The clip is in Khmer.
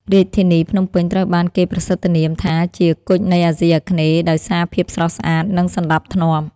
រាជធានីភ្នំពេញត្រូវបានគេប្រសិទ្ធនាមថាជា "គុជនៃអាស៊ីអាគ្នេយ៍" ដោយសារភាពស្រស់ស្អាត និងសណ្តាប់ធ្នាប់។